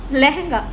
வேண்டாம்:vendaam